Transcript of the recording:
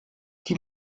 die